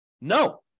No